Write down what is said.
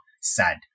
sad